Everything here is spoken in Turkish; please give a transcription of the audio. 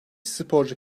sporcu